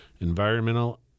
Environmental